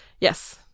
Yes